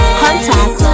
contact